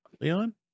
Leon